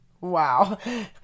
Wow